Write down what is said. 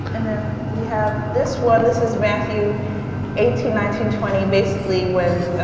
and then we have this one. this is matthew eighteen nineteen twenty. basically, when,